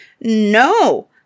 No